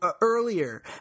earlier